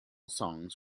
songs